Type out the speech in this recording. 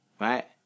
right